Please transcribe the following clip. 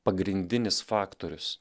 pagrindinis faktorius